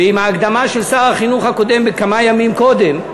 ועם ההקדמה של שר החינוך הקודם כמה ימים קודם,